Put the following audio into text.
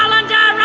um and